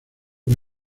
que